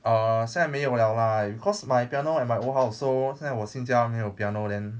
err 现在没有 liao lah because my piano at my old house so 现在我新家没有 piano then